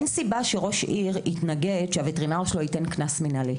אין סיבה שראש עיר יתנגד שהווטרינר שלו ייתן קנס מנהלי,